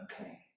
Okay